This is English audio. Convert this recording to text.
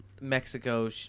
Mexico